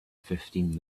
fifteen